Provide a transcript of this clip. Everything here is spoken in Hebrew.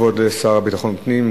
כבוד השר לביטחון הפנים,